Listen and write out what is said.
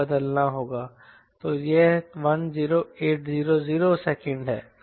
तो यह 10800 सेकंड है